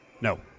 no